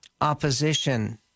opposition